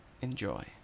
enjoy